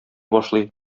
башлый